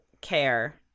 care